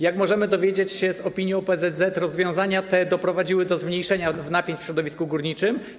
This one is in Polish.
Jak możemy dowiedzieć się z opinii OPZZ, rozwiązania te doprowadziły do zmniejszenia napięć w środowisku górniczym.